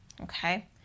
okay